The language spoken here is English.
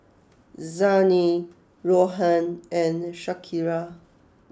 Zhane Rohan and Shakira